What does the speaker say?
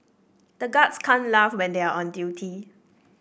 the guards can't laugh when they are on duty